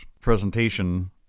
presentation